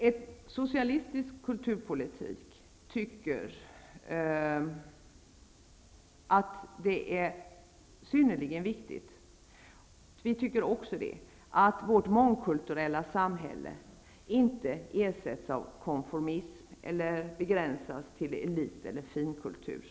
En socialistisk kulturpolitik menar -- vi menar -- att det är synnerligen viktigt att vårt mångkulturella samhälle inte ersätts av konformism eller begränsas till elit eller finkultur.